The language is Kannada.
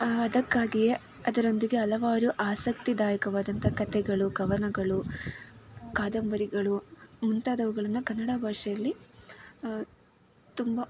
ಆ ಅದಕ್ಕಾಗಿಯೇ ಅದರೊಂದಿಗೆ ಹಲವಾರು ಆಸಕ್ತಿದಾಯಕವಾದಂಥ ಕಥೆಗಳು ಕವನಗಳು ಕಾದಂಬರಿಗಳು ಮುಂತಾದವುಗಳನ್ನು ಕನ್ನಡ ಭಾಷೆಯಲ್ಲಿ ತುಂಬ